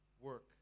work